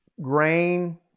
grain